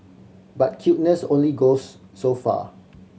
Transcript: but cuteness only goes so far